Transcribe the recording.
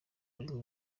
rurimi